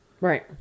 right